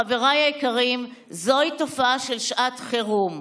חבריי היקרים, זוהי תופעה של שעת חירום.